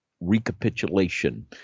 recapitulation